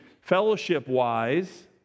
fellowship-wise